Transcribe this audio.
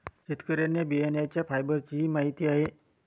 शेतकऱ्यांना बियाण्यांच्या फायबरचीही माहिती आहे